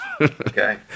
Okay